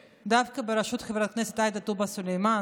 דווקא בראשות חברת הכנסת עאידה תומא סלימאן.